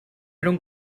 era